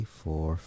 four